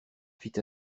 fit